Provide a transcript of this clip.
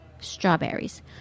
Strawberries